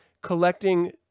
collecting